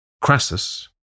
Crassus